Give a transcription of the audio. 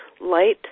light